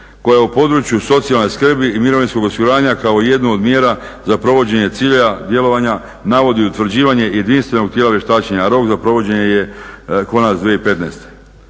koja u području socijalne skrbi i mirovinskog osiguranja kao jednu od mjera za provođenje ciljeva djelovanja navodi utvrđivanje jedinstvenog tijela vještačenja a rok za provođenje je konac 2015.